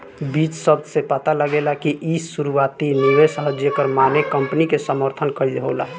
बीज शब्द से पता लागेला कि इ शुरुआती निवेश ह जेकर माने कंपनी के समर्थन कईल होला